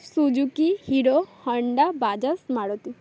Suzuki Hero Honda Bajaj Maruti